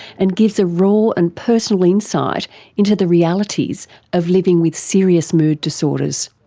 and gives a raw and personal insight into the realities of living with serious mood disorders.